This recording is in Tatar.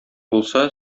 булса